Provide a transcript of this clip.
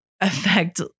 affect